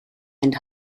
and